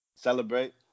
celebrate